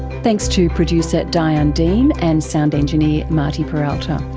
thanks to producer diane dean and sound engineer marty peralta.